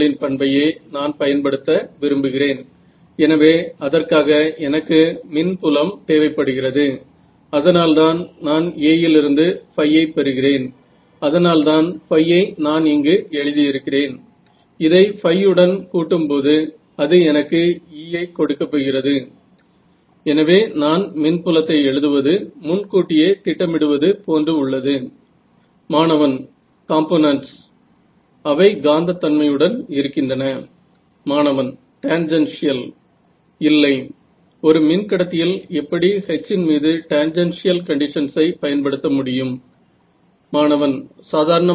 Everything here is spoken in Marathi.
तर तुम्ही वापरू शकता लोकांनी FDTD सुद्धा वापरलेले आहे पण मला असं वाटत नाही की या ठिकाणी तुम्हाला इतके सुंदर सूत्रीकरण मिळेल दुसऱ्या पद्धती वापरल्या तर